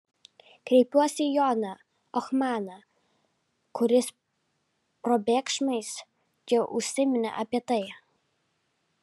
kreipiuosi į joną ohmaną kuris probėgšmais jau užsiminė apie tai